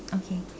okay